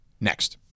next